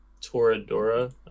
Toradora